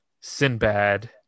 Sinbad